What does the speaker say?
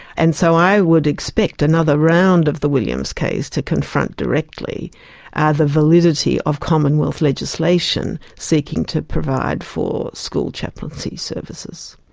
and so i would expect another round of the williams case to confront directly ah the validity of commonwealth legislation seeking to provide for school chaplaincy services.